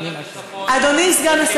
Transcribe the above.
תוספות לחימום,